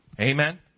Amen